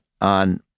on